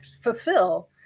fulfill